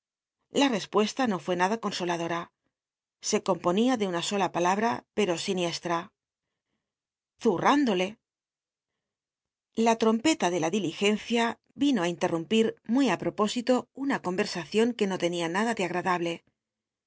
l tespucsta no rué nada consoladora se coml onia de una sola palabra pero siniestra zurdo la tjompc ta de la diligencia vino ri inlenumpi muy ü pl'ol ósilo una come sacion que no tenia nada de agradable